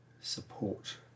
support